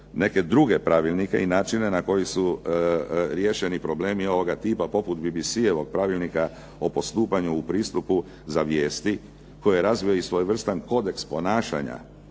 neke druge pravilnike i načine na koji su riješeni ovi problemi poput tipa BBC-og pravilnika oko postupanju pristupu za vijesti koji je razvio i svojevrstan kodeks ponašanja